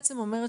שבעצם אומרת,